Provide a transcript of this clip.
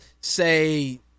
say